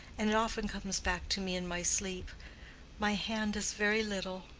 and it often comes back to me in my sleep my hand is very little,